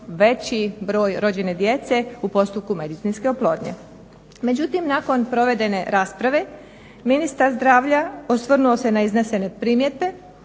veći broj rođene djece u postupku medicinske oplodnje. Međutim, nakon provedene rasprave ministar zdravlja osvrnuo se na iznesene primjedbe,